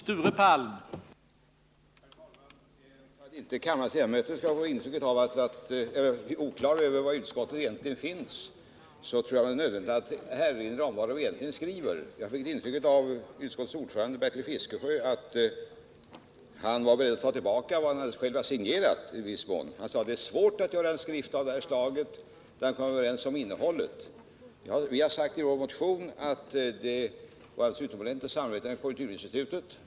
Herr talman! För att kammarens ledamöter inte skall få intrycket att det råder oklarhet om var utskottet egentligen står, tror jag att det är nödvändigt att erinra om vad det i själva verket skriver. Av utskottets ordförande Bertil Fiskesjö fick jag intrycket att han i viss mån var beredd att ta tillbaka vad han själv signerat. Han sade att det är svårt att bli överens om innehållet och göra en skrift av det här slaget. I vår motion har vi skrivit att det vid tidigare arbeten av detta slag har varit ett utomordentligt bra samarbete med konjunkturinstitutet.